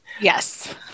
yes